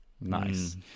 Nice